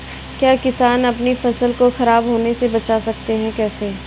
क्या किसान अपनी फसल को खराब होने बचा सकते हैं कैसे?